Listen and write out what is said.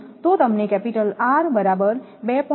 તમને capital R બરાબર 2